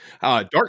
dark